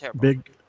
Big